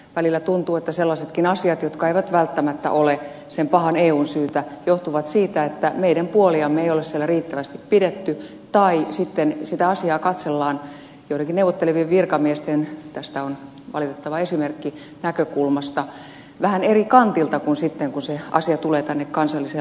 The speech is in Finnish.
välillä tuntuu että sellaisetkin asiat jotka eivät välttämättä ole sen pahan eun syytä johtuvat siitä että meidän puoliamme ei ole siellä riittävästi pidetty tai sitten sitä asiaa katsellaan joidenkin neuvottelevien virkamiesten tästä on valitettava esimerkki näkökulmasta vähän eri kantilta kuin sitten kun se asia tulee tänne kansalliseen lainsäädäntöön